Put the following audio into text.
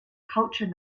culture